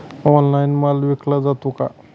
Online माल विकला जातो का?